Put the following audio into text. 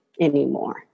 anymore